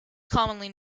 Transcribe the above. formerly